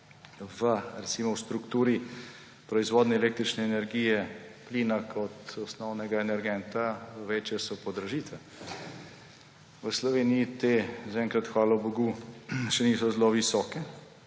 recimo v strukturi proizvodnje električne energije plina kot osnovnega energenta, večje so podražite. V Sloveniji te zaenkrat, hvala bogu, še niso zelo visoke